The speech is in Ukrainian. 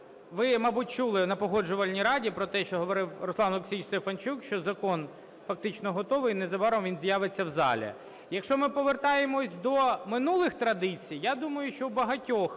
Ви, мабуть, чули на Погоджувальній раді про те, що говорив Руслан Олексійович Стефанчук, що закон фактично готовий, незабаром він з'явиться в залі. Якщо ми повертаємося до минулих традицій, я думаю, що в багатьох